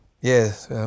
yes